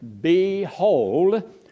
Behold